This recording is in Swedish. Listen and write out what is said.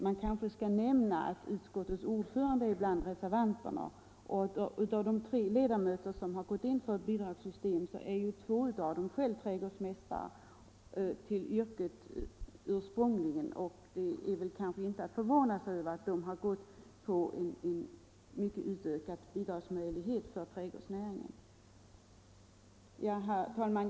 Man kanske skall nämna att utredningens ordförande återfinns bland reservanterna. Av de tre ledamöter som gått in för ett bidragssystem är två ursprungligen trädgårdsmästare till yrket. Det kanske inte är att förvåna sig över att de gått på en mycket utökad bidragsmöjlighet för trädgårdsnäringen. Herr talman!